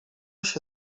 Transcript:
się